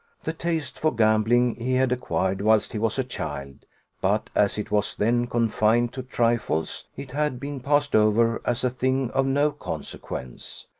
the taste for gambling he had acquired whilst he was a child but, as it was then confined to trifles, it had been passed over, as a thing of no consequence,